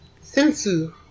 Sensu